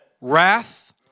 wrath